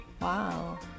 Wow